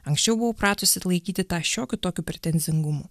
anksčiau buvau pratusi laikyti tą šiokiu tokiu pretenzingumu